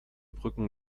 brücken